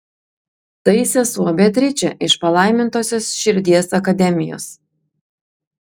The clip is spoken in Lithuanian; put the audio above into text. tai sesuo beatričė iš palaimintosios širdies akademijos